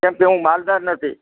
કેમ કે હું માલદાર નથી